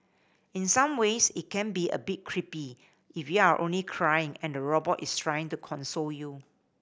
in some ways it can be a bit creepy if you're only crying and the robot is trying to console you